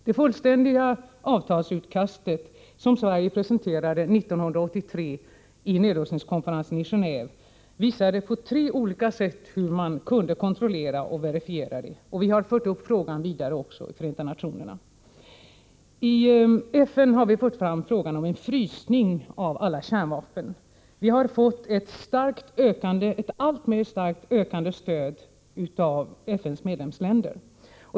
Det fullständiga avtalsutkastet, som Sverige presenterade 1983 vid nedrustningskonferensen i Genéve, visade på tre olika sätt hur man kan kontrollera och verifiera detta, och vi har också fört fram frågan i Förenta nationerna. IFN har vi fört fram frågan om en frysning av alla kärnvapen. Vi har fått ett starkt och alltmer ökat stöd av FN:s medlemsländer.